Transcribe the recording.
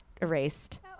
erased